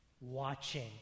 watching